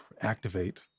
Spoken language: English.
activate